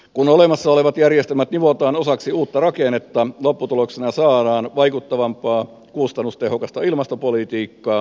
kun olemassa olevat järjestelmät nivotaan osaksi uutta rakennetta lopputuloksena saadaan vaikuttavampaa kustannustehokasta ilmastopolitiikkaa